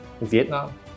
Vietnam